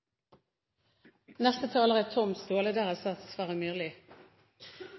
Neste taler er Sverre